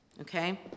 okay